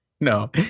no